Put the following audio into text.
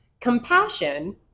compassion